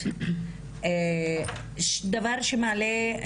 נקודת הפתיחה שלהן היא כל כך מוחלשת,